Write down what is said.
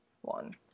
one